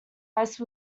ice